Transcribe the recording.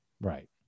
Right